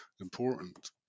important